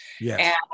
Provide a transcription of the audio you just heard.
yes